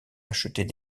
acheter